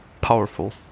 powerful